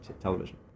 television